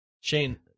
Shane